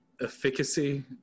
efficacy